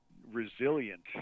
resilient